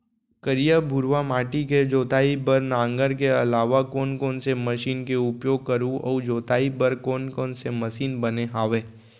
करिया, भुरवा माटी के जोताई बर नांगर के अलावा कोन कोन से मशीन के उपयोग करहुं अऊ जोताई बर कोन कोन से मशीन बने हावे?